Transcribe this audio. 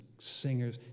singers